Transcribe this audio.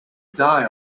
die